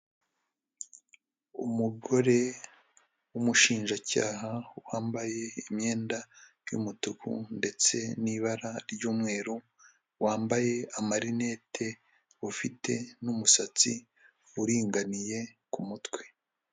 Umugore w'umushinjacyaha wambaye imyenda y'umutuku ndetse n'ibara ry'umweru, wambaye amarinete ufite n'umusatsi uringaniye ku mutwe.